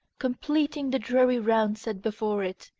completing the dreary round set before it,